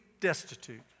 destitute